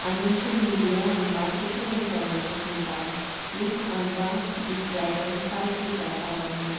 आनी ही मिडिया आमकां इतली इनफोरमेशन दिता की आमकां दुसऱ्या कडेन कांयच विचारपा पडना